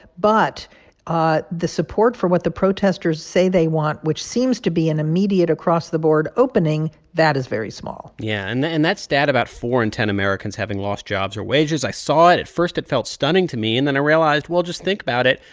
but ah the support for what the protesters say they want, which seems to be an immediate across-the-board opening that is very small yeah. and and that stat about four in ten americans having lost jobs or wages i saw it. at first it felt stunning to me. and then i realized, well, just think about it.